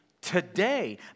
today